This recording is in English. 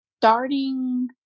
starting